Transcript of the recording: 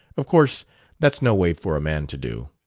of course that's no way for a man to do.